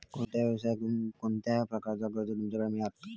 कोणत्या यवसाय कोणत्या प्रकारचा कर्ज तुमच्याकडे मेलता?